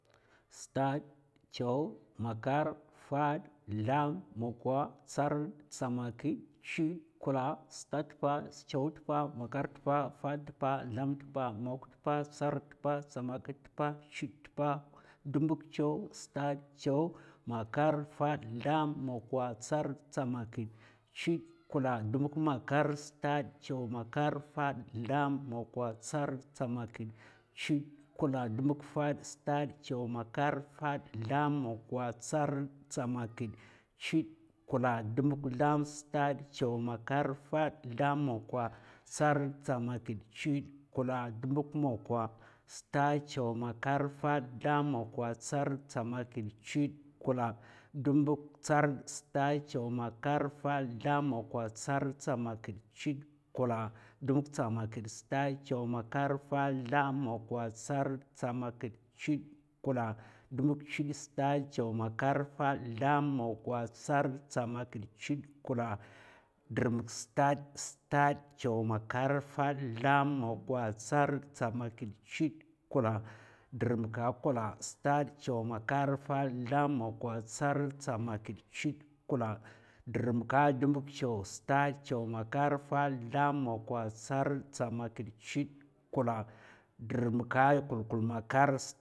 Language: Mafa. Stad, chaw, makar, fad, zlam, mokwa, tsarrd, tsamakid, chudè, kulla. stad tpa, chaw tpa, makar tpa, fad tpa, zlam, moktpa, tsarrd tpa, tsamakid tpa chudè tpa, d'mbuk chaw. stad, chaw, makar, fad, zlam, mokwa, tsarrd, tsamakid, chudè, kulla. d'mbuk makar. stad, chaw, makar, fad, zlam, mokwa, tsarrd, tsamakid, chudè, kulla. d'mbuk fad. stad, chaw, makar, fad, zlam, mokwa, tsarrd, tsamakid, chudè, kulla. d'mbuk zlam. stad, chaw, makar, fad, zlam, mokwa, tsrrd, tsamakid, chudè, kulla. d'mbuk mokwa. stad, chaw, makar, fad, zlam, mokwa, tsarrd, tsamakid, chudè, kulla. d'mbuk tsarrd. stad, chaw, makar, fad, zlam, mokwa, tsarrd, tsamakid, chudè, kulla. d'mbuk stamakid. stad, chaw, makar, fad, zlam, mokwa, tsarrd, tsamakid, chudè, kulla. d'mbuk chudè. stad, chaw, makar, fad, zlam, mokwa, tsarrd, tsamakid, chudè, kulla. dr'mak stad. stad, chaw, makar, fad, zlam, mokwa, tsarrd, tsamakid, chudè, kulla. stad, chaw, makar, fad, zlam, mokwa, tsarrd, tsamakid, chudè, kulla. dr'mak kulla. stad, chaw, makar, fad, zlam, mokwa, tsarrd, tsamakid, chudè, kulla. dr'mka dubu chaw. stad, chaw, makar, fad, zlam, mokwa, tsarrd, tsamakid, chudè, kulla. ɗdr'mka kulkul makar.